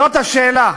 זאת השאלה.